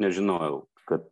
nežinojau kad